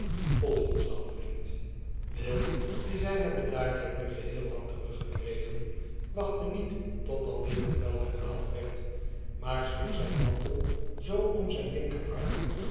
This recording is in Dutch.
volg ons dan vriend will di zijne bedaardheid nu geheel had teruggekregen wachtte niet totdat dit bevel herhaald werd maar sloeg zijn mantel zoo om zijn linkerarm